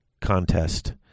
contest